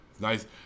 Nice